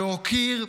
להוקיר,